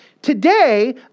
Today